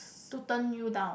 to turn you down